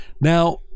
now